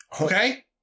Okay